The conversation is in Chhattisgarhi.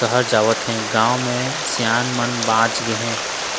सहर जावत हें, गाँव म सियान मन बाँच गे हे